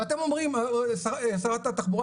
ואתם אומרים, שרת התחבורה